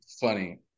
funny